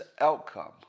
outcome